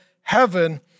heaven